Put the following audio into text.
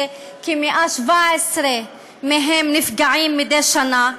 שכ-117 מהם נפגעים מדי שנה,